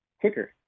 quicker